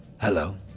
Hello